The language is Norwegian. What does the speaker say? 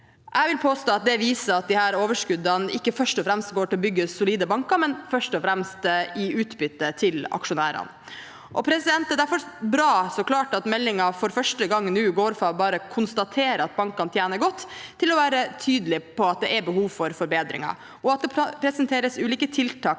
Jeg vil påstå at det viser at disse overskuddene ikke først og fremst går til å bygge solide banker, men først og fremst til utbytte for aksjonærene. Det er derfor bra at meldingen for første gang nå går fra bare å konstatere at bankene tjener godt, til å være tydelig på at det er behov for forbedringer, og at det presenteres ulike tiltak